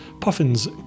Puffin's